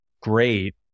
great